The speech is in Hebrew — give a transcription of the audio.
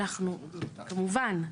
זה מובן.